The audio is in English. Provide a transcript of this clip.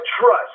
trust